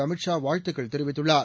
அமித் ஷா வாழ்த்துகள் தெரிவித்துள்ளார்